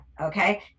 Okay